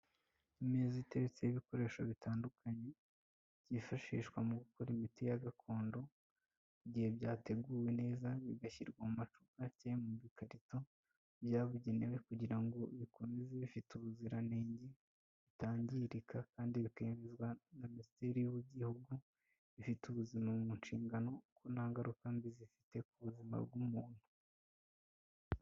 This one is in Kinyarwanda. Imeza iteretse y'ibikoresho bitandukanye byifashishwa mu gukora imiti ya gakondo igihe byateguwe neza bigashyirwa mu macupa cyangwa mu bukarito byabugenewe kugira ngo bikomeze bifite ubuziranenge butangirika kandi bikemezwa na minisiteri y'igihugu ifite ubuzima mu nshingano kuko nta ngaruka mbi zifite ku buzima bw'umuntu.